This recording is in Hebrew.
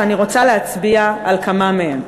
ואני רוצה להצביע על כמה מהם.